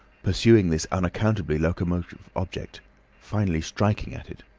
pursuing this unaccountably locomotive object finally striking at it.